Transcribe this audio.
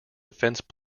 defensive